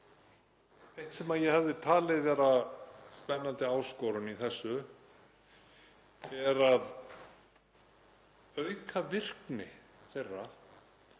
Eitt sem ég hefði talið vera spennandi áskorun í þessu er að auka virkni þeirra